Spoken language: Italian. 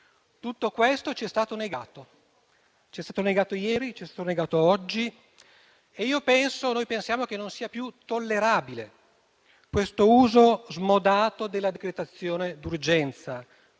Tutto questo ci è stato negato. Ci è stato negato ieri, ci è stato negato oggi e noi pensiamo che questo uso smodato della decretazione d'urgenza